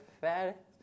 fat